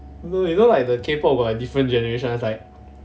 no you know like the K pop got like different generations like